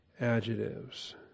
adjectives